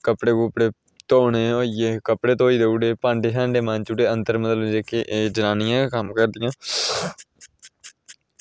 कपड़े धोने गी होइयै कपड़े धेने गी देई ओड़े भांडे मांजी ओड़े ते् अंदर दे एह् जनानियां कम्म करदियां